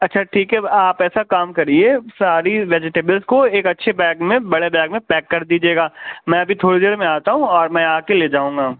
اچھا ٹھیک ہے آپ ایسا کام کریے ساری ویجٹیبلس کو ایک اچھے بیگ میں بڑے بیگ میں پیک کر دیجیے گا میں ابھی تھوڑی دیر میں آتا ہوں اور میں آ کے لے جاؤں گا